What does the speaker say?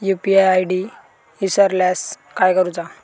UPI ID इसरल्यास काय करुचा?